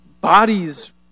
bodies